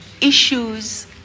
issues